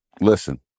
listen